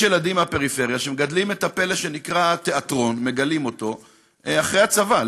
יש ילדים מהפריפריה שמגלים את הפלא הזה שנקרא תיאטרון אחרי הצבא.